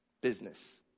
Business